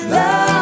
Love